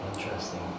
Interesting